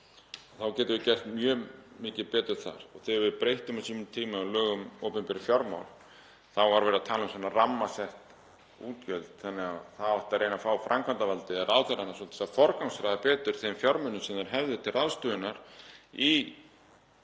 þá getum við gert mjög mikið betur þar. Og þegar við breyttum á sínum tíma lögum um opinber fjármál þá var verið að tala um svona rammasett útgjöld þannig að það átti að reyna að fá framkvæmdarvaldið eða ráðherrana svolítið til að forgangsraða betur þeim fjármunum sem þeir hefðu til ráðstöfunar í